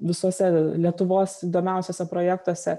visuose lietuvos įdomiausiuose projektuose